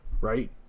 right